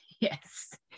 yes